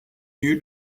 you